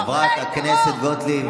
חברת הכנסת גוטליב.